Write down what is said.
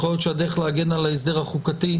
יכול להיות שהדרך להגן על ההסדר החוקתי,